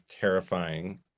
terrifying